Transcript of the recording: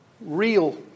Real